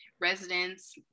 residents